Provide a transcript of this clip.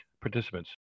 participants